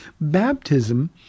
baptism